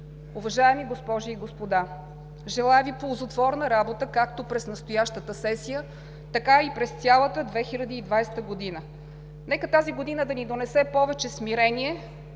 Уважаеми госпожи и господа, желая Ви ползотворна работа както през настоящата сесия, така и през цялата 2020 г. Нека тази година да ни донесе повече смирение